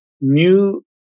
new